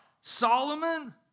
Solomon